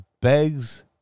begs